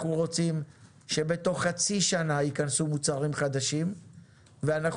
אנחנו רוצים שבתוך חצי שנה ייכנסו מוצרים חדשים ואנחנו